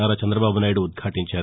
వారా చంద్రదబాబునాయుడు ఉద్యాలించారు